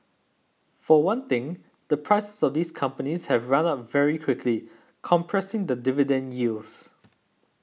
for one thing the prices of these companies have run up very quickly compressing the dividend yields